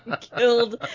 killed